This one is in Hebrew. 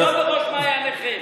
זה לא בראש מעייניכם.